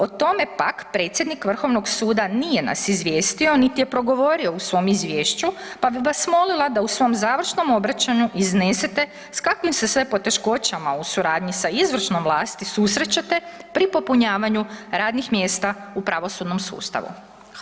O tome pak predsjednik Vrhovnog suda nije nas izvijestio niti je progovorio u svom Izvješću, pa bih vas molila da u svom završnom obraćanju iznesete sa kakvim se sve poteškoćama u suradnji sa izvršnom vlasti susrećete pri popunjavanju radnih mjesta u pravosudnom sustavu.